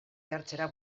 jartzera